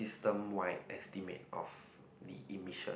steam white estimate of the emission